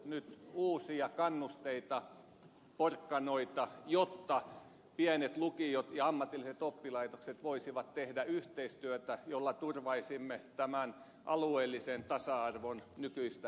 onko opetusministeriössä harkittu nyt uusia kannusteita porkkanoita jotta pienet lukiot ja ammatilliset oppilaitokset voisivat tehdä yhteistyötä jolla turvaisimme tämän alueellisen tasa arvon nykyistä paremmin